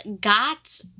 got